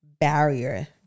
barrier